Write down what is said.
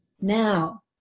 Now